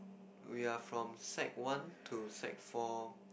we are from sec one to sec four